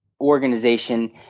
organization